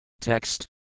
Text